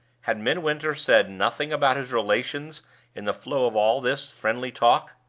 had midwinter said nothing about his relations in the flow of all this friendly talk?